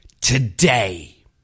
today